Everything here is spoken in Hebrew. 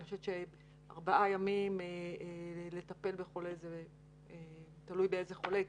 אני חושבת שארבעה ימים לטפל בחולה תלוי באיזה חולה,